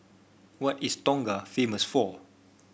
what is Tonga famous for